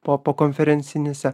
po pokonferencinėse